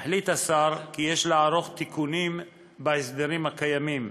החליט השר כי יש לערוך תיקונים בהסדרים הקיימים,